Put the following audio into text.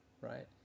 right